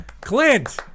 Clint